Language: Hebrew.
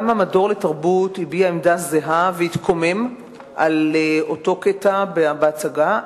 גם המדור לתרבות הביע עמדה זהה והתקומם על אותו קטע בהצגה.